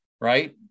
right